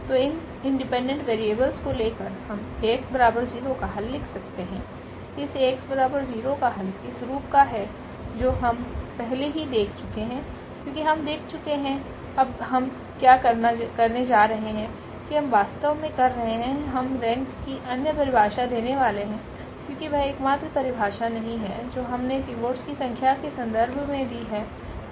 तो इन independent variables को लेकर हम 𝐴𝑥 0का हल लिख सकते है इस Ax0 का हलइस रूप का है जो हम पहले से ही देख चुके है क्योंकि हम देख चुके हैं अब हम क्या करने जा रहे हैं कि हम वास्तव में कर रहे हैं हम रेंक की अन्य परिभाषा देने वाले है क्योकि वह एकमात्र परिभाषा नहीं है जो हमने पिवोट्स की संख्या के संदर्भ में दी है